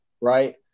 right